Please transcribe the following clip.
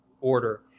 order